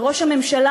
וראש הממשלה,